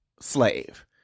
slave